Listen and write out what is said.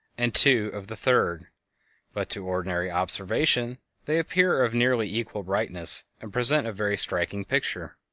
and two of the third but to ordinary observation they appear of nearly equal brightness, and present a very striking picture.